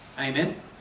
Amen